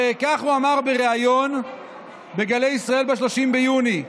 וכך הוא אמר בריאיון בגלי ישראל ב-30 ביוני: